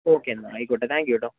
okay എന്നാൽ ആയിക്കോട്ടെ thank you കേട്ടോ